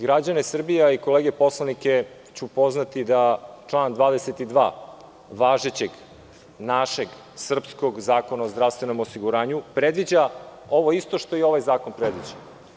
Građane Srbije i kolege poslanike ću upoznati sa članom 22. važećeg našeg srpskog Zakona o zdravstvenom osiguranju, koji predviđa isto što i ovaj zakon predviđa.